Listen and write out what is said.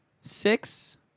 six